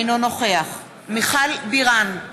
אינו נוכח מיכל בירן,